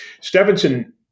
Stephenson